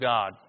God